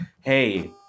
Hey